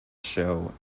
show